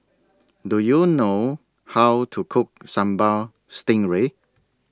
Do YOU know How to Cook Sambal Stingray